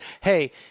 hey